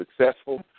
successful